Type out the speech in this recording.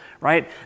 right